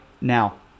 now